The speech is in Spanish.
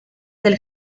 del